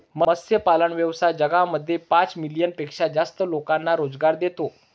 मत्स्यपालन व्यवसाय जगामध्ये पाच मिलियन पेक्षा जास्त लोकांना रोजगार देतो